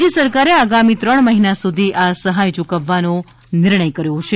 રાજ્ય સરકારે આગામી ત્રણ મહિના સુધી આ સહાય યૂકવવાનો નિર્ણય કર્યો છે